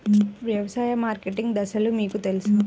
వ్యవసాయ మార్కెటింగ్ దశలు మీకు తెలుసా?